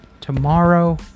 tomorrow